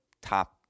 top